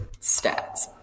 stats